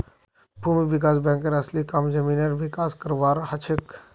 भूमि विकास बैंकेर असली काम जमीनेर विकास करवार हछेक